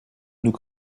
nous